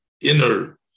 inner